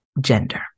gender